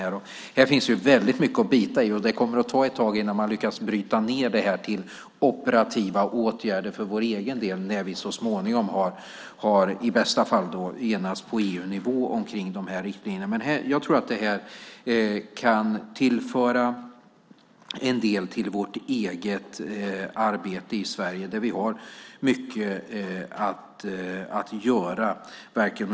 Här finns ju väldigt mycket att bita i, och det kommer att ta ett tag innan man lyckas bryta ned det här till operativa åtgärder för vår egen del när vi så småningom i bästa fall har enats på EU-nivå om de här riktlinjerna. Jag tror att det här kan tillföra en del till vårt eget arbete i Sverige, där vi har mycket att göra.